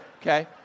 okay